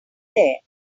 there